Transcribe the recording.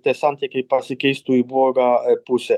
tie santykiai pasikeistų į blogą a pusę